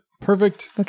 Perfect